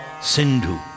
sindhu